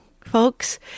folks